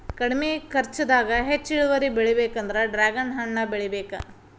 ಕಡ್ಮಿ ಕರ್ಚದಾಗ ಹೆಚ್ಚ ಇಳುವರಿ ಬರ್ಬೇಕಂದ್ರ ಡ್ರ್ಯಾಗನ್ ಹಣ್ಣ ಬೆಳಿಬೇಕ